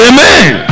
Amen